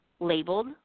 labeled